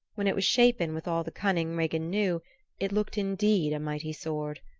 when it was shapen with all the cunning regin knew it looked indeed a mighty sword.